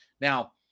Now